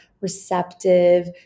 receptive